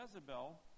Jezebel